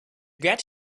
get